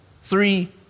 three